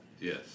Yes